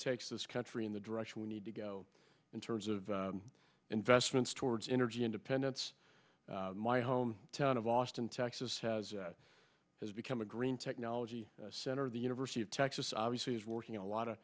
takes this country in the direction we need to go in terms of investments towards energy independence my home town of austin texas has as become a green technology center the university of texas obviously is working a lot of